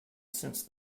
since